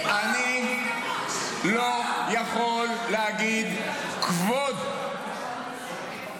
אני לא יכול להגיד "כבוד",